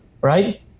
right